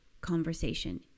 conversation